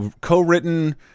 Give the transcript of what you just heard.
co-written